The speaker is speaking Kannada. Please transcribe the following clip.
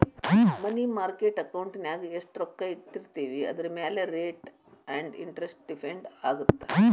ಮನಿ ಮಾರ್ಕೆಟ್ ಅಕೌಂಟಿನ್ಯಾಗ ಎಷ್ಟ್ ರೊಕ್ಕ ಇಟ್ಟಿರ್ತೇವಿ ಅದರಮ್ಯಾಲೆ ರೇಟ್ ಆಫ್ ಇಂಟರೆಸ್ಟ್ ಡಿಪೆಂಡ್ ಆಗತ್ತ